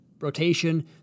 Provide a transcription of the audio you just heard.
Rotation